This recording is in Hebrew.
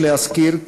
יש להזכיר,